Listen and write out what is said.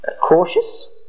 cautious